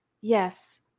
Yes